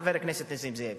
חבר הכנסת נסים זאב.